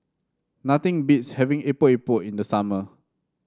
nothing beats having Epok Epok in the summer